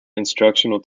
instructional